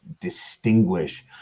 distinguish